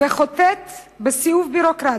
וחוטאת בסיאוב ביורוקרטי,